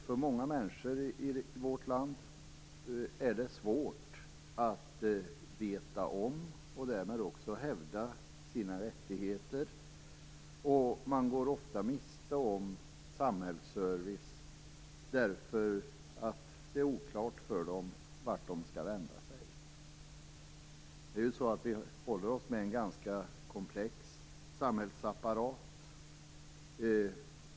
För många människor i vårt land är det svårt att veta om, och därmed också hävda, sina rättigheter. De går ofta miste om samhällsservice därför att det är oklart för dem vart de skall vända sig. Vi håller oss med en ganska komplex samhällsapparat.